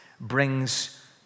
brings